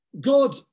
God